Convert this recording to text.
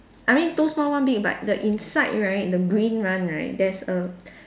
I mean two small one big but the inside right the green one right there's a